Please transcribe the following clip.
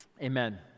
amen